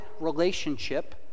relationship